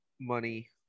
money